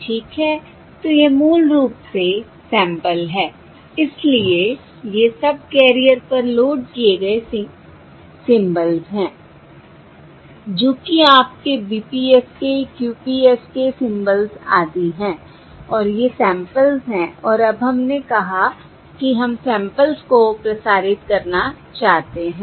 तो यह मूल रूप से सैंपल है इसलिए ये सबकैरियर पर लोड किए गए सिंबल्स हैं जो कि आपके BPSK QPSK सिंबल्स आदि हैं और ये सैंपल्स हैं और अब हमने कहा कि हम सैंपल्स को प्रसारित करना चाहते हैं